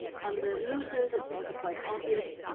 on the losers, it's also quite obvious.